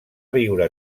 viure